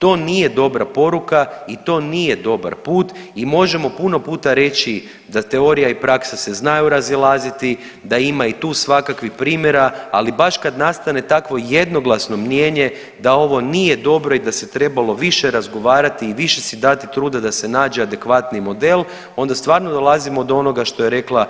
To nije dobra poruka i to nije dobar put i možemo puno puta reći da teorija i praksa se znaju razilaziti, da ima i tu svakakvih primjera, ali baš kad nastane takvo jednoglasno mnijenje da ovo nije dobro i da se trebalo više razgovarati i viši si dati truda da se nađe adekvatniji model onda stvarno dolazimo do onoga što je rekla